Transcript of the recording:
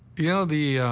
you know, the,